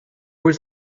was